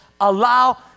allow